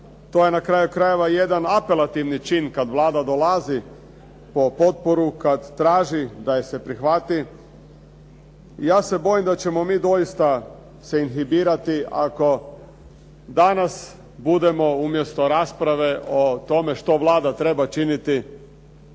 To je na kraju krajeva i jedan apelativni čin kad Vlada dolazi po potporu, kad traži da je se prihvati. Ja se bojim da ćemo mi doista se inhibirati ako danas budemo umjesto rasprave o tome što Vlada treba činiti